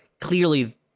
clearly